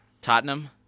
Tottenham